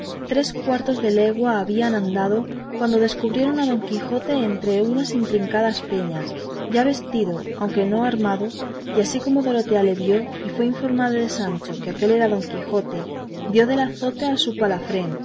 tres cuartos de legua habrían andado cuando descubrieron a don quijote entre unas intricadas peñas ya vestido aunque no armado y así como dorotea le vio y fue informada de sancho que aquél era don quijote dio del azote a su palafrén